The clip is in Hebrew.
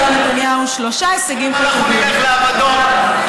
בגללכם אנחנו נלך לאבדון.